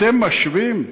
אתם משווים?